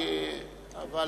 אבל,